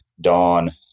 Dawn